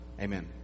Amen